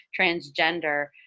transgender